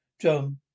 John